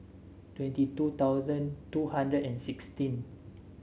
twenty two thousand two hundred and sixteen